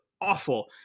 awful